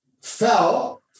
fell